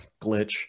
glitch